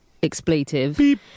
expletive